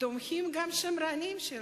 תומכים גם השמרנים שלהם.